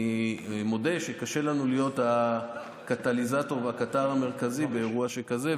אני מודה שקשה לנו להיות הקטליזטור והקטר המרכזי באירוע שכזה,